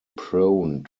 prone